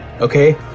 Okay